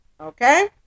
okay